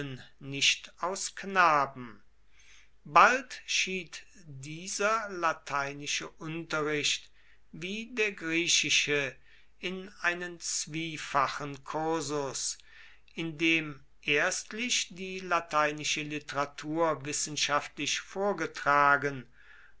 nicht aus knaben bald schied sich dieser lateinische unterricht wie der griechische in einen zwiefachen kursus indem erstlich die lateinische literatur wissenschaftlich vorgetragen